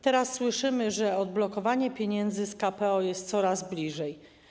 Teraz słyszymy, że odblokowanie pieniędzy z KPO jest coraz bliżej.